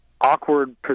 awkward